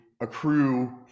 accrue